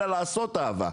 אלא לעשות אהבה',